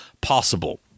possible